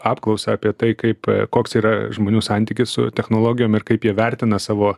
apklausą apie tai kaip koks yra žmonių santykis su technologijom ir kaip jie vertina savo